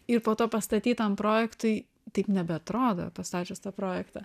ir po to pastatytam projektui taip nebeatrodo pastačius tą projektą